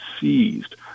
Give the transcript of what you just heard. seized